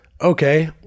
Okay